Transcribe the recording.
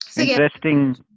interesting